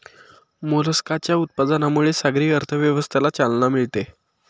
मोलस्काच्या उत्पादनामुळे सागरी अर्थव्यवस्थेला चालना मिळते